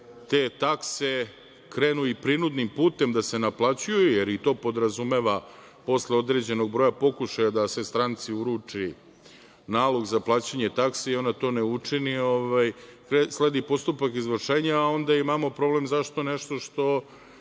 te takse krenu i prinudnim putem da se naplaćuju, jer i to podrazumeva posle određenog broja pokušaja da se stranci uruči nalog za plaćanje taksi i ona to ne učini, sledi postupak izvršenja, a onda imamo problem zašto nešto što